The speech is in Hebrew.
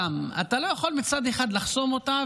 אתה לא יכול מצד אחד לחסום אותה,